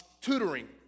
tutoring